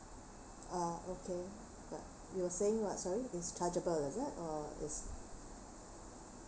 ah okay but you are saying what sorry it's chargeable is it or is